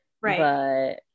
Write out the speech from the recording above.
Right